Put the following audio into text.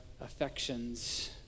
affections